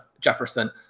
Jefferson